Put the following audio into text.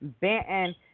Benton